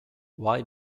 why